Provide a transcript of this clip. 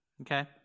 Okay